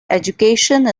education